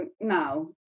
now